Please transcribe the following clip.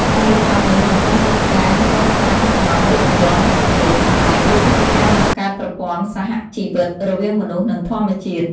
ការរៀបចំនេះមិនត្រឹមតែជាការកសាងសំណង់រូបវន្តប៉ុណ្ណោះទេ ប៉ុន្តែវាគឺជាការបង្កើតប្រព័ន្ធ សហជីវិត រវាងមនុស្ស និងធម្មជាតិ។